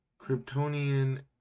kryptonian